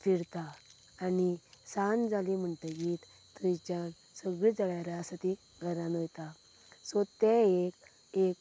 फिरतात आनी सांज जाली म्हणटकच थंयच्यान सगळीं जळारां आसा तीं घरांत वयता सो तें एक